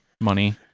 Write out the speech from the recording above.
money